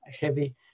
heavy